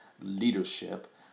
leadership